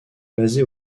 basé